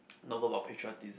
know more about patriotism